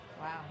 Wow